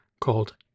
called